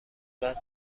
بعد